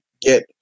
get